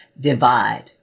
divide